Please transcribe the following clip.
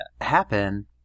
happen